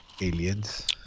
Aliens